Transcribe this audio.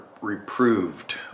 reproved